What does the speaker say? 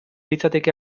litzateke